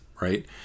right